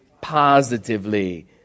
positively